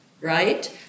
right